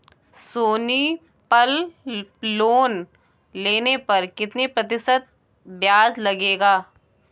सोनी पल लोन लेने पर कितने प्रतिशत ब्याज लगेगा?